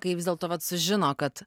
kai vis dėlto vat sužino kad